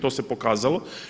To se pokazalo.